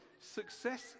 Success